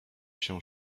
się